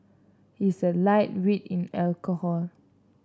he is a lightweight in alcohol